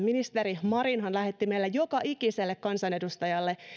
ministeri marinhan lähetti meille joka ikiselle kansanedustajalle